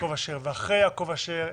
יעקב אשר והעיר אחרי יעקב אשר,